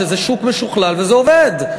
זה שוק משוכלל וזה עובד.